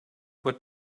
what